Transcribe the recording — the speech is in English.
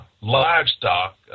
livestock